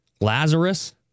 Lazarus